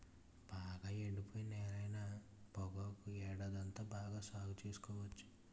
బాగా ఎండిపోయిన నేలైన పొగాకు ఏడాదంతా బాగా సాగు సేసుకోవచ్చు